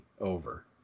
over